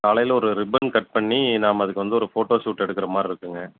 காலையில் ஒரு ribbon cut பண்ணி நாம் அதுக்கு வந்து ஒரு ஃபோட்டோ ஷூட்டு எடுக்கிற மாதிர்ருக்குங்க